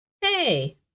hey